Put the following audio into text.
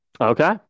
Okay